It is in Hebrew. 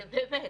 באמת,